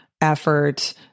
effort